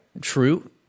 true